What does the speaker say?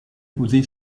posé